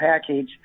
package